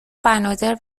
بنادر